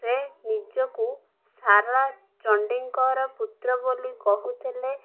ସେ ନିଜକୁ ସାରଳା ଚଣ୍ଡୀଙ୍କର ପୁତ୍ର ବୋଲି କହୁଥିଲେ